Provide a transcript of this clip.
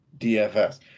DFS